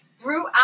throughout